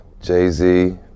Jay-Z